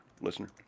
listener